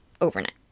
overnight